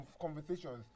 conversations